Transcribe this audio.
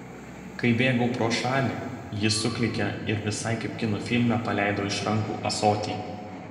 kai bėgau pro šalį ji suklykė ir visai kaip kino filme paleido iš rankų ąsotį